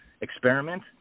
experiment